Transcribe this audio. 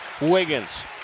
Wiggins